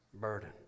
burden